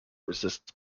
resists